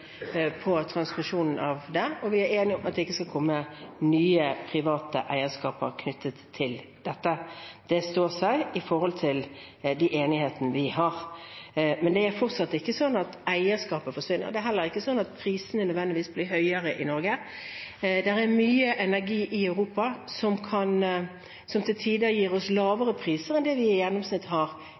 transmisjonen av det. Og vi er enige om at det ikke skal komme nye private eierskap knyttet til dette. Det står seg i forhold til enighetene vi har. Men det er fortsatt ikke sånn at eierskapet forsvinner. Det er heller ikke sånn at prisene nødvendigvis blir høyere i Norge. Det er mye energi i Europa, som til tider gir oss lavere priser enn det vi i gjennomsnitt har